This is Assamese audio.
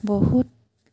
বহুত